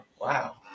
wow